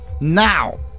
now